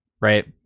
right